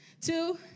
Two